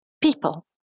People